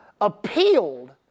appealed